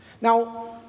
Now